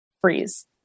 freeze